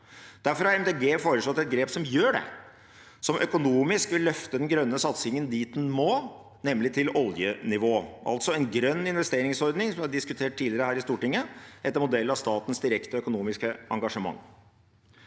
De Grønne foreslått et grep som gjør det, et grep som økonomisk vil løfte den grønne satsingen dit den må, nemlig til oljenivå, altså en grønn investeringsordning, som er diskutert tidligere her i Stortinget, etter modell av Statens direkte økonomiske engasjement